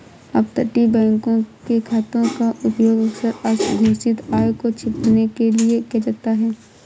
अपतटीय बैंकों के खातों का उपयोग अक्सर अघोषित आय को छिपाने के लिए किया जाता था